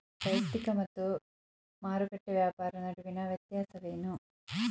ವೈಯಕ್ತಿಕ ಮತ್ತು ಮಾರುಕಟ್ಟೆ ವ್ಯಾಪಾರ ನಡುವಿನ ವ್ಯತ್ಯಾಸವೇನು?